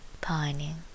pining